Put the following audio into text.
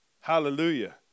hallelujah